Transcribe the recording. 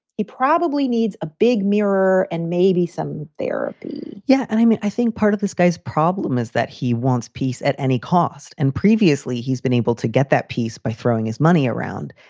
he probably needs a big mirror and maybe some therapy yeah. and i mean, i think part of this guy's problem is that he wants peace at any cost. and previously he's been able to get that peace by throwing his money around.